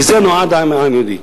לזה נועד העם היהודי.